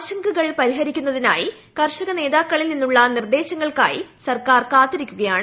ആശങ്കകൾ പരിഹരിക്കുന്നതിനായി കർഷക നേതാക്കളിൽ നിന്നുള്ള നിർദ്ദേശങ്ങൾക്കായി സർക്കാർ കാത്തിരിക്കുകയാണ്